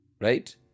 Right